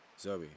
Zoe